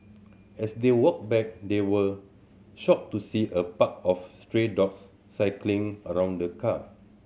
as they walked back they were shocked to see a pack of stray dogs circling around the car